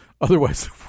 otherwise